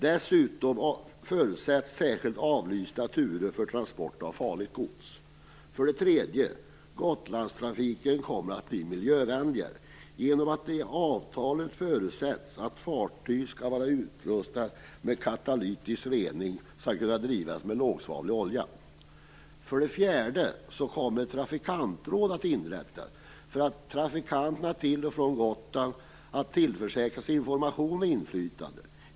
Dessutom förutsätts det bli särskilt avlysta turer för transport av farligt gods. För det tredje: Gotlandstrafiken kommer att bli miljövänligare genom att det i avtalet förutsätts att fartygen skall vara utrustade med katalytisk rening samt skall kunna drivas med lågsvavelolja. För det fjärde: Ett trafikantråd kommer att inrättas för att trafikanterna till och från Gotland skall tillförsäkras information och inflytande.